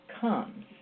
comes